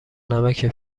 نمکه